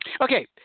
Okay